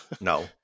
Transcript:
no